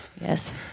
Yes